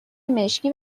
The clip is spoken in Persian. مشکی